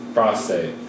Prostate